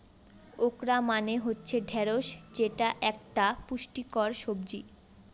okra মানে হচ্ছে ঢ্যাঁড়স যেটা একতা পুষ্টিকর সবজি